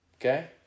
Okay